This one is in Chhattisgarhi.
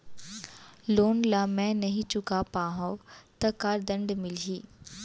लोन ला मैं नही चुका पाहव त का दण्ड मिलही?